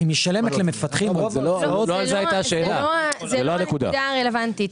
היא משלמת למפתחים -- זה לא הנקודה הרלוונטית,